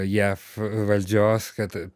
jav valdžios kad